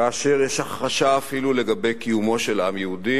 כאשר יש הכחשה אפילו לגבי קיומו של עם יהודי,